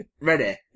ready